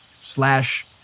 Slash